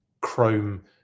chrome